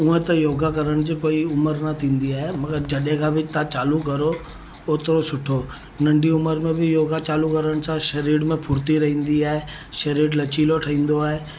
उहा त योगा करण जी कोई उमिरि न थींदी आहे मगरि जॾहिं खां बि तव्हां चालू करो ओतिरो सुठो नंढी उमिरि में बि योगा चालू करण सां शरीर में फुर्ती रहंदी आहे शरीरु लचिलो ठहंदो आहे